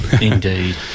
indeed